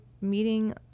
meeting